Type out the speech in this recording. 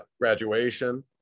graduation